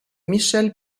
michel